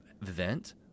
vent